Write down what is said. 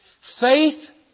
Faith